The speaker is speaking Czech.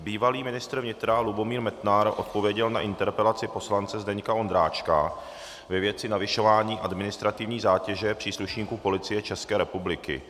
Bývalý ministr vnitra Lubomír Metnar odpověděl na interpelaci poslance Zdeňka Ondráčka ve věci navyšování administrativní zátěže příslušníků Policie České republiky.